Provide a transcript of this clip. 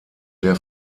der